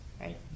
right